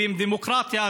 ואם דמוקרטיה,